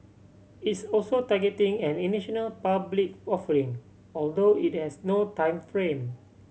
it's also targeting an initial public offering although it has no time frame